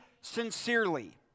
sincerely